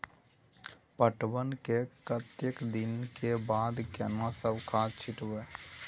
पटवन के कतेक दिन के बाद केना सब खाद छिटबै?